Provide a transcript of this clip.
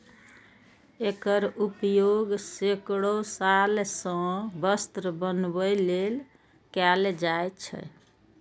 एकर उपयोग सैकड़ो साल सं वस्त्र बनबै लेल कैल जाए छै